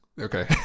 Okay